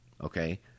okay